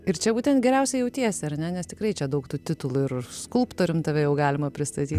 ir čia būtent geriausiai jautiesi ar ne nes tikrai čia daug tų titulų ir skulptorium tave jau galima pristatyt